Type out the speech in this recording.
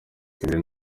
ibiri